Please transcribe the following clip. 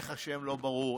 איך השם לא ברור,